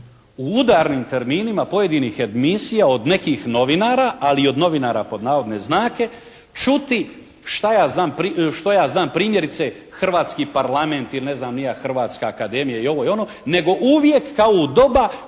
od udarnim terminima pojedinih emisija od nekih novinara, ali i od novinara pod navodne znake čuti što ja znam primjerice Hrvatski Parlament ili ne znam ni ja Hrvatska akademija i ovo i ono, nego uvijek kao u doba